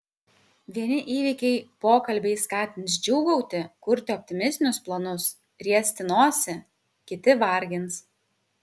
vieni įvykiai pokalbiai skatins džiūgauti kurti optimistinius planus riesti nosį kiti vargins